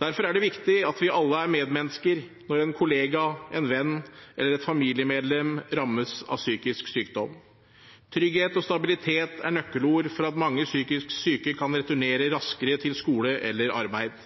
Derfor er det viktig at vi alle er medmennesker når en kollega, en venn eller et familiemedlem rammes av psykisk sykdom. Trygghet og stabilitet er nøkkelord for at mange psykisk syke kan returnere raskere til skole eller arbeid.